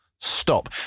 Stop